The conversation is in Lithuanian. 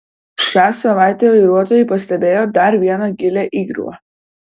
šią savaitę vairuotojai pastebėjo dar vieną gilią įgriuvą